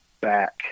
back